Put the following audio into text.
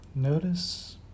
Notice